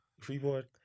Freeboard